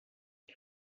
nid